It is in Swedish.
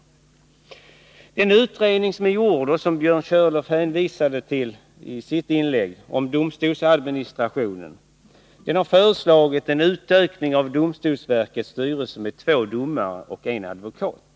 Den utredning om domstolsadministrationen som är gjord och som Björn Körlof hänvisade till i sitt inlägg har föreslagit en utökning av domstolsverkets styrelse med två domare och en advokat.